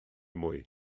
mwy